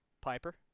Piper